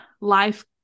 life